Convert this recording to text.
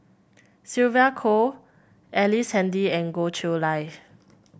Sylvia Kho Ellice Handy and Goh Chiew Lye